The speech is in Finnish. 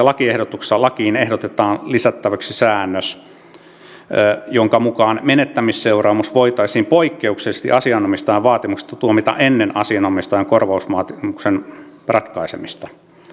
lakiehdotuksessa lakiin ehdotetaan lisättäväksi säännös jonka mukaan menettämisseuraamus voitaisiin poikkeuksellisesti asianomistajan vaatimuksesta tuomita ennen asianomistajan korvausvaatimuksen ratkaisemista